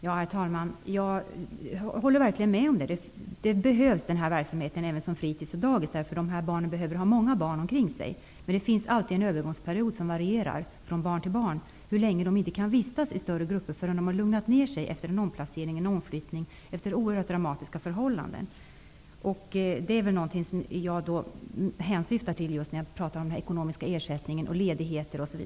Herr talman! Jag håller verkligen med om detta. Daghems och fritidshemsverksamhet behövs verkligen. Dessa barn behöver ha många barn omkring sig. Det finns emellertid alltid en övergångsperiod som är olika för olika barn. Det varierar hur lång tid det tar innan ett barn kan vistas i en större grupp, dvs. hur lång tid det tar innan barnet har lugnat ner sig efter en omplacering från oerhört dramatiska förhållanden. Det är detta jag syftar på när jag talar om ekonomisk ersättning och ledighet.